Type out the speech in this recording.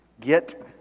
get